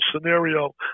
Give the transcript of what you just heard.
scenario